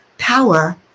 Power